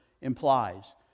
implies